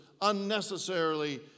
unnecessarily